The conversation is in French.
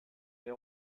est